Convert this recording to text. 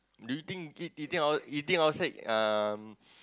do you think eat eating out eating outside um